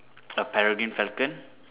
a peregrine falcon